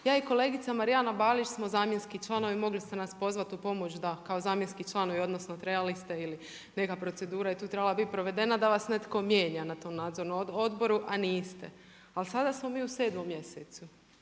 Ja i kolegica Marijana Balić smo zamjenski članovi, mogli ste nas pozvati u pomoć da kao zamjenski članovi, odnosno trebali ste ili neka procedura je tu trebala biti provedena da vas netko mijenja na tom nadzornom odboru a niste. Ali sada smo mi u 7. mjesecu,